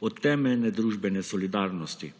od temeljne družbene solidarnosti.